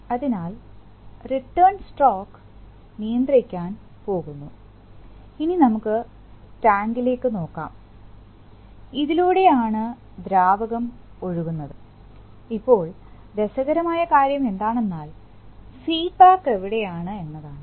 അതിനാൽ return stroke നിയന്ത്രിക്കാൻ പോകുന്നുഇനി നമുക്ക് ടാങ്കിലേക്ക് നോക്കാം ഇതിലൂടെ ആണ് ദ്രാവകം ഒഴുകുന്നത് ഇപ്പോൾ രസകരമായ കാര്യം എന്താണ് എന്നാൽ ഫീഡ്ബാക് എവിടെയാണ് എന്നതാണ്